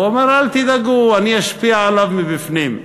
הוא אמר: אל תדאגו, אני אשפיע עליו מבפנים.